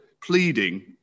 pleading